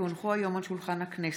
כי הונחו היום על שולחן הכנסת,